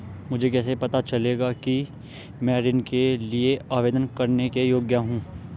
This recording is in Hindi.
मुझे कैसे पता चलेगा कि मैं ऋण के लिए आवेदन करने के योग्य हूँ?